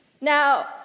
Now